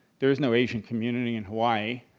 there is no asian community in hawaii.